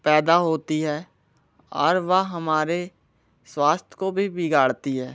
पैदा होता है और वह हमारे स्वास्थ्य को भी बिगाड़ती है